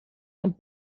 und